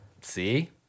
See